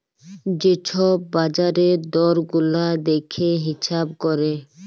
যে ছব বাজারের দর গুলা দ্যাইখে হিঁছাব ক্যরে